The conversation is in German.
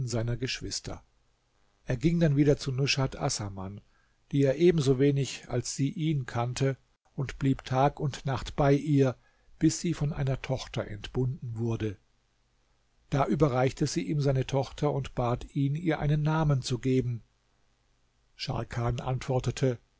seiner geschwister er ging dann wieder zu nushat assaman die er ebensowenig als sie ihn kannte und blieb tag und nacht bei ihr bis sie von einer tochter entbunden wurde da überreichte sie ihm seine tochter und bat ihn ihr einen namen zu geben scharkan antwortete